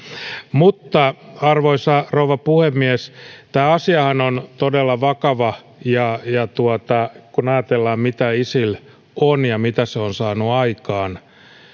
arvoisa rouva puhemies tämä asiahan on todella vakava ja kun ajatellaan mitä isil on ja mitä se on saanut aikaan